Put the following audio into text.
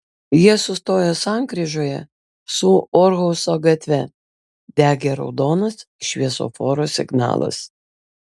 jie sustojo sankryžoje su orhuso gatve degė raudonas šviesoforo signalas